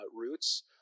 roots